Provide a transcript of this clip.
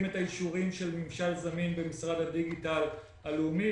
את האישורים של ממשל זמין במשרד הדיגיטל הלאומי,